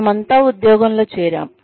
మనమంతా ఉద్యోగంలో చేరాం